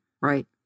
Right